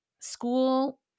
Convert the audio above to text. School